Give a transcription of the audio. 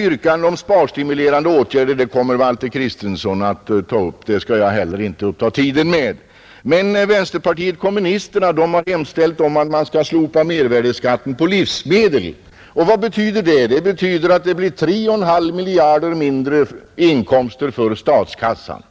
Yrkandet om sparstimulerande åtgärder kommer Valter Kristenson att beröra. Så det skall jag inte heller uppta tiden med. Vänsterpartiet kommunisterna har hemställt om att man skall slopa mervärdeskatten på livsmedel. Det betyder att det blir 3,5 miljarder mindre inkomster för statskassan.